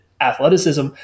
athleticism